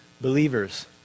believers